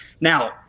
Now